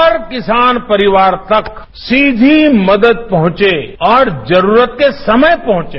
हर किसान परिवार तक सीधी मदद पहंचे और जरूरत के समय पहुंचे